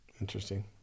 interesting